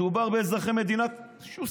מדובר באזרחי מדינת ישראל.